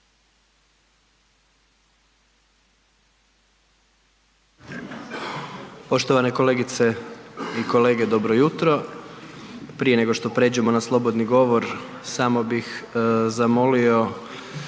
Poštovane kolegice i kolege dobro jutro. Prije nego što prijeđemo na slobodni govor samo bih zamolio